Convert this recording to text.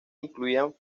incluían